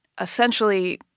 essentially